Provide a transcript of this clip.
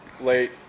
late